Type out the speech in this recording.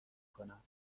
کنم